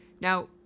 Now